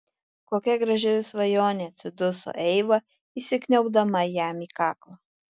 kokia graži svajonė atsiduso eiva įsikniaubdama jam į kaklą